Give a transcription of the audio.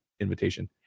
invitation